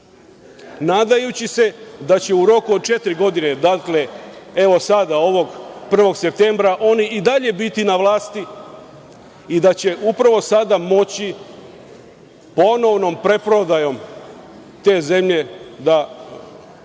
nadajući se da će u roku od četiri godine, evo sada ovog 1. septembra oni i dalje biti na vlasti i da će upravo sada moći ponovnom preprodajom te zemlje da